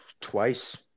twice